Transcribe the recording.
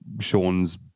Sean's